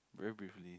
very briefly